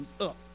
up